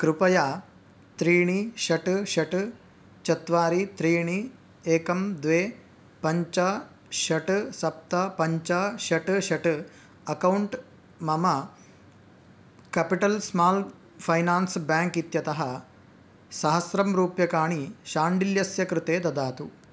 कृपया त्रीणि षट् षट् चत्वारि त्रीणि एकं द्वे पञ्च षट् सप्त पञ्च षट् षट् अक्कौण्ट् मम कापिटल् स्माल् फ़ैनान्स् बेङ्क् इत्यतः सहस्रं रूप्यकाणि शाण्डिल्यस्य कृते ददातु